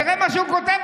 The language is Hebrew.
תראה מה שהוא כותב.